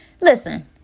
Listen